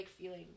feeling